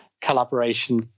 collaboration